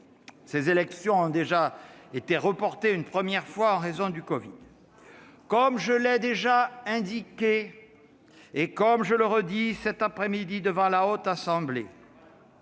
Ces élections ont déjà été reportées une première fois en raison de la covid-19. Encore un pari perdu ! Comme je l'ai déjà indiqué, et comme je le redis cet après-midi devant la Haute Assemblée,